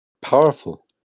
powerful